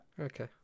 Okay